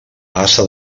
ase